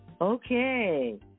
Okay